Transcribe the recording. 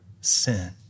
sin